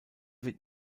wird